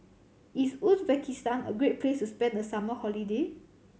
is Uzbekistan a great place to spend the summer holiday